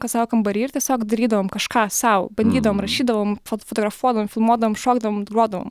kas savo kambary ir tiesiog darydavom kažką sau bandydavom rašydavom fotografuodavom filmuodavom šokdavom grodavoma